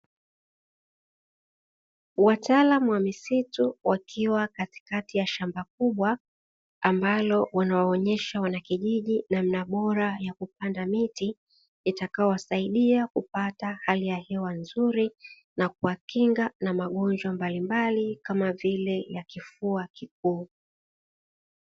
Wataalamu wa misitu wakiwa katikati ya shamba kubwa ambalo wanawaonyesha wanakijiji namna bora ya kupanda miti itakayowasaidia kupata hali ya hewa nzuri na kuwakinga na magonjwa mbalimbali kama vile ya kifua kikuu.